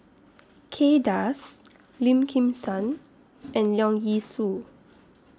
Kay Das Lim Kim San and Leong Yee Soo